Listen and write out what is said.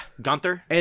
Gunther